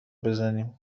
بزنیم